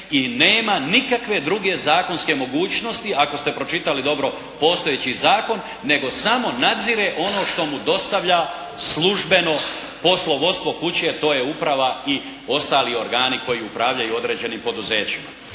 i nema nikakve druge zakonske mogućnosti ako ste pročitali dobro postojeći zakon nego samo nadzire ono što mu dostavlja službeno poslovodstvo kuće, to je uprava i ostali organi koji upravljaju određenim poduzećima.